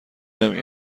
نمی